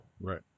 Right